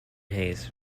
hayes